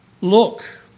Look